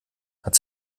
hat